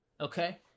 okay